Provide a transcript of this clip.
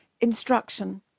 instruction